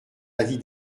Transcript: avis